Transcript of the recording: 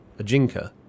Ajinka